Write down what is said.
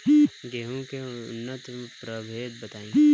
गेंहू के उन्नत प्रभेद बताई?